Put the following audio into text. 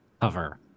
cover